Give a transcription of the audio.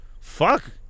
fuck